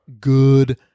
good